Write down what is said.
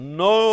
no